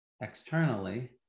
externally